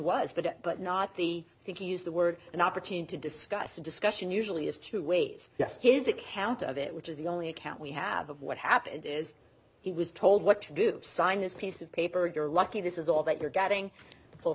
was but it but not the thinking use the word an opportunity to discuss a discussion usually as to ways yes his account of it which is the only account we have of what happened is he was told what to do sign this piece of paper you're lucky this is all that you're getting